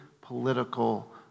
political